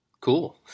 cool